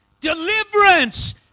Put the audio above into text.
Deliverance